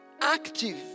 active